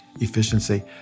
efficiency